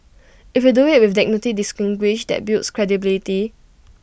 if you do IT with dignity distinguished that builds credibility